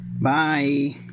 Bye